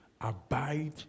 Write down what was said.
Abide